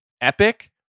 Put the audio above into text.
epic